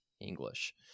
English